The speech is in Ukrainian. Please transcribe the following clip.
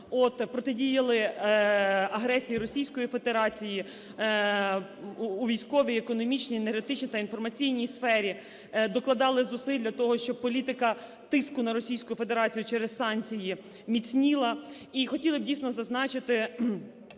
от, протидіяли агресії Російської Федерації у військовій, економічній, енергетичній та інформаційній сфері, докладали зусиль для того, щоб політика тиску на Російську Федерацію через санкції міцніла і хотіли б дійсно зазначити